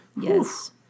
Yes